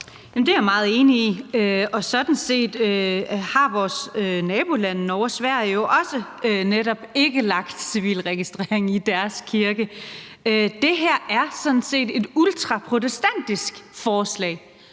Det er jeg meget enig i, og vores nabolande Norge og Sverige har netop ikke lagt civilregistrering i deres kirke. Det her er sådan set et ultraprotestantisk forslag,